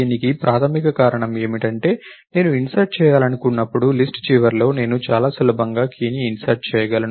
దీనికి ప్రాథమిక కారణం ఏమిటంటే నేను ఇన్సర్ట్ చేయాలనుకున్నప్పుడు లిస్ట్ చివరలో నేను చాలా సులభంగా కీని ఇన్సర్ట్ చేయగలను